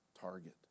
target